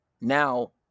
now